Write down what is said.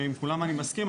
שעם כולם אני מסכים.